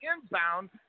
inbound